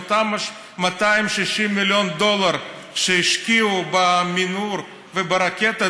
מאותם 260 מיליון דולר שהשקיעו במנהור וברקטות,